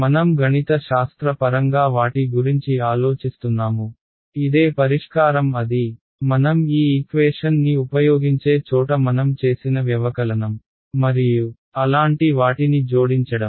మనం గణిత శాస్త్ర పరంగా వాటి గురించి ఆలోచిస్తున్నాము ఇదే పరిష్కారం అది మనం ఈ ఈక్వేషన్ ని ఉపయోగించే చోట మనం చేసిన వ్యవకలనం మరియు అలాంటి వాటిని జోడించడం